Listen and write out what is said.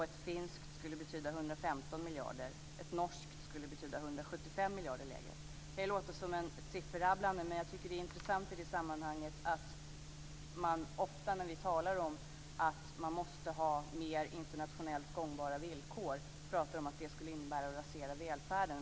Ett finskt skulle betyda 115 miljarder lägre. Ett norskt skulle betyda 175 miljarder lägre. Detta kan låta som sifferrabblande, men jag tycker att det är intressant i sammanhanget. Ofta när vi talar om att man måste ha mer internationellt gångbara villkor heter det att det skulle innebära att man raserar välfärden.